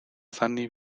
sunny